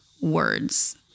words